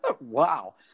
wow